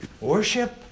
worship